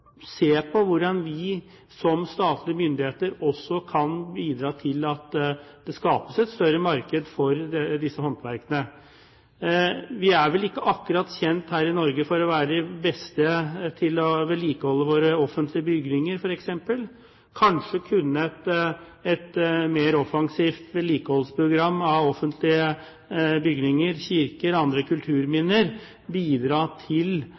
se på hvordan vi som statlig myndighet også kan bidra til at det skapes et større marked for disse håndverkene. Vi her i Norge er vel ikke akkurat kjent for å være de beste til å vedlikeholde våre offentlige bygninger, f.eks. Kanskje kunne et mer offensivt vedlikeholdsprogram av offentlige bygninger, kirker og andre kulturminner bidra til